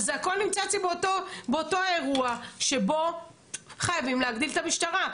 אבל זה הכל נמצא אצלי באותו אירוע שבו חייבים להגדיל את המשטרה.